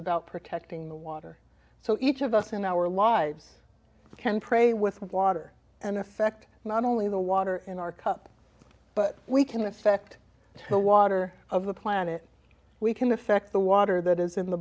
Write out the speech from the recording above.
about protecting the water so each of us in our lives can pray with water and affect not only the water in our cup but we can affect the water of the planet we can affect the water that is in the